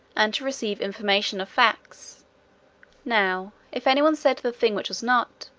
and to receive information of facts now, if any one said the thing which was not,